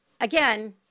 again